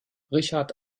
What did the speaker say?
richard